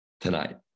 tonight